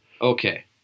Okay